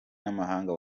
n’amahanga